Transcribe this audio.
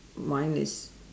mine is